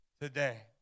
today